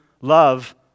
love